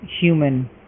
Human